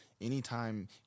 anytime